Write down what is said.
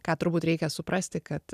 ką turbūt reikia suprasti kad